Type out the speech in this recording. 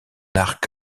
arc